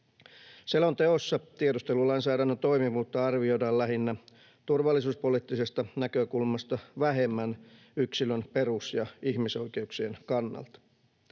Selonteossa tiedustelulainsäädännön toimivuutta arvioidaan lähinnä turvallisuuspoliittisesta näkökulmasta, vähemmän yksilön perus- ja ihmisoikeuksien kannalta.